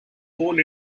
coal